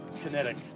kinetic